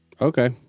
Okay